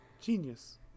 genius